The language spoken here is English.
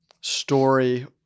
story